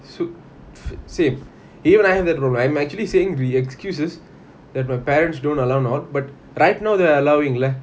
so~ s~ same even I have that problem I'm actually saying the excuses that my parents don't allow not but right now they're allowing lah